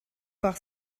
par